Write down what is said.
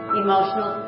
emotional